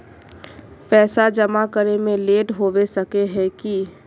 पैसा जमा करे में लेट होबे सके है की?